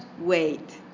wait